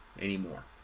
anymore